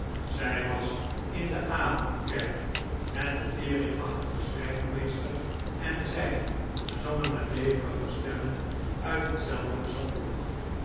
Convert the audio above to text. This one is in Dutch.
zij was in de avondkerk en de teringachtige schrijfmeester en zij zongen met beverige stemmen uit hetzelfde psalmboek